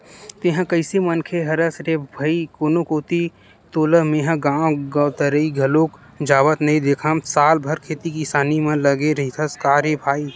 तेंहा कइसे मनखे हरस रे भई कोनो कोती तोला मेंहा गांव गवतरई घलोक जावत नइ देंखव साल भर खेती किसानी म लगे रहिथस का रे भई?